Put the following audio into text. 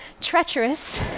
treacherous